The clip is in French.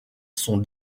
son